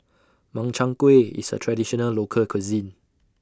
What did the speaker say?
Makchang Gui IS A Traditional Local Cuisine